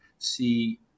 see